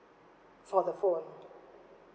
for the phone